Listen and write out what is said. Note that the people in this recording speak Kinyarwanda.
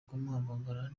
guhamagara